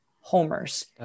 homers